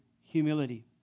humility